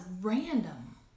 random